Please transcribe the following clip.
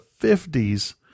50s